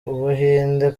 ubuhinde